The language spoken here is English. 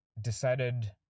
decided